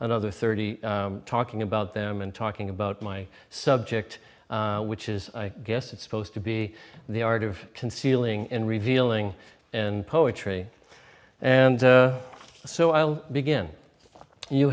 another thirty talking about them and talking about my subject which is i guess it's supposed to be the art of concealing and revealing and poetry and so i'll begin you